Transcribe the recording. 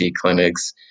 clinics